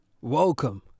Welcome